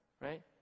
Right